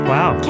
Wow